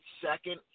second